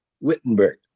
Wittenberg